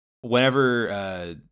whenever